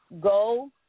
go